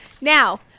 Now